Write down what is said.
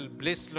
bliss